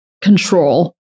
control